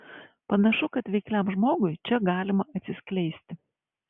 panašu kad veikliam žmogui čia galima atsiskleisti